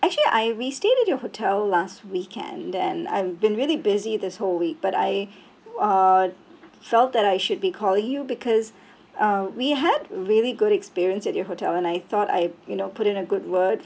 actually I we stayed in your hotel last weekend and I've been really busy this whole week but I uh felt that I should be calling you because uh we had really good experience at your hotel and I thought I you know put in a good word